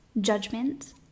judgment